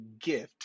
gift